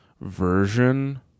version